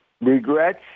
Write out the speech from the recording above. Regrets